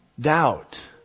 doubt